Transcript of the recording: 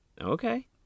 Okay